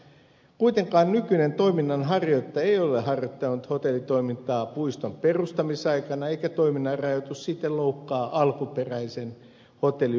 kuitenkaan nykyinen toiminnanharjoittaja ei ole harjoittanut hotellitoimintaa puiston perustamisaikana eikä toiminnan rajoitus siten loukkaa alkuperäisen hotelliyrittäjän oikeuksia